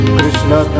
Krishna